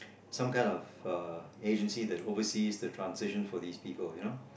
some kind of uh agency that overseas the transition for these people you know